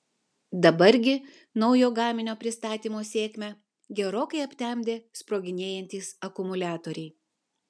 dabar gi naujo gaminio pristatymo sėkmę gerokai aptemdė sproginėjantys akumuliatoriai